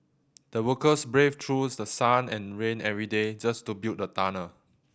the workers braved through the sun and rain every day just to build a tunnel